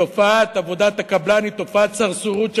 תופעת עבודת הקבלן היא תופעת "סרסוּרוּת"